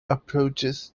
approaches